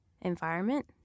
environment